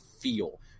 feel